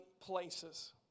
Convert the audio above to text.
places